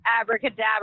Abracadabra